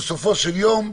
בסופו של יום,